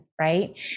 right